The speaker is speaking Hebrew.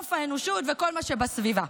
סוף האנושות וכל מה שבסביבה.